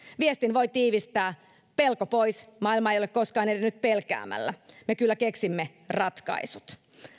viestin voi tiivistää näin pelko pois maailma ei ole koskaan edennyt pelkäämällä me kyllä keksimme ratkaisut